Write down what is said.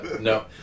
no